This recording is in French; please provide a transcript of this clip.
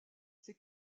c’est